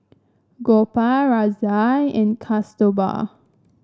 Gopal Razia and Kasturba